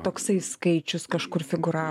toksai skaičius kažkur figura